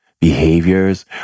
behaviors